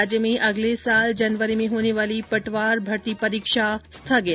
राज्य में अगले साल जनवरी में होने वाली पटवार भर्ती परीक्षा स्थगित